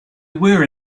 were